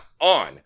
on